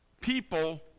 people